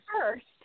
first